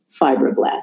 fibroblasts